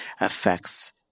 affects